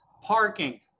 parking